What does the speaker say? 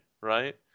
right